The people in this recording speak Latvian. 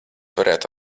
varētu